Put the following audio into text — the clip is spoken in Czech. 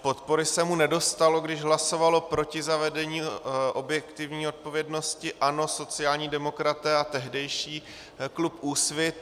Podpory se mu nedostalo, když hlasovalo proti zavedení objektivní odpovědnosti ANO, sociální demokraté a tehdejší klub Úsvit.